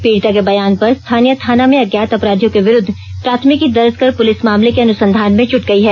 पीड़िता के बयान पर स्थानीय थाना में अज्ञात अपराधियों के विरुद्व प्राथमिकी दर्ज कर पुलिस मामले के अनुसंधान में जुट गई है